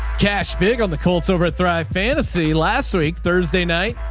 cache big on the cold silver thrive fantasy last week, thursday night,